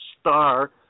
Star